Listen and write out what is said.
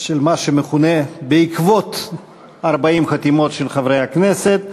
של מה שמכונה "בעקבות 40 חתימות של חברי הכנסת",